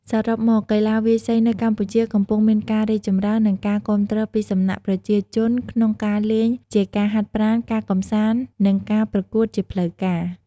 សរុបមក កីឡាវាយសីនៅកម្ពុជាកំពុងមានការរីកចម្រើន និងការគាំទ្រពីសំណាក់ប្រជាជនក្នុងការលេងជាការហាត់ប្រាណ ការកំសាន្ត និងការប្រកួតជាផ្លូវការ។